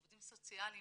עובדים סוציאליים,